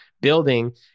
building